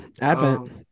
Advent